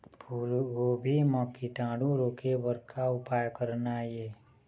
फूलगोभी म कीटाणु रोके बर का उपाय करना ये?